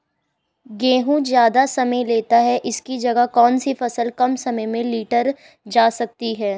गेहूँ ज़्यादा समय लेता है इसकी जगह कौन सी फसल कम समय में लीटर जा सकती है?